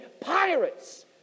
pirates